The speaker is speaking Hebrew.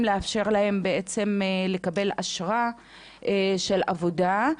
לאפשר להם לקבל בעצם אשרה של עבודה.